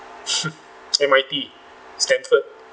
M_I_T Stanford